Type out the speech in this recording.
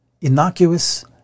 innocuous